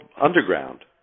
underground